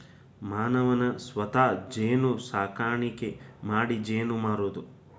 ಮಾನವನ ಸ್ವತಾ ಜೇನು ಸಾಕಾಣಿಕಿ ಮಾಡಿ ಜೇನ ಮಾರುದು